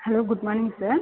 hello good morning sir